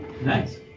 Nice